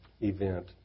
event